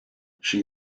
she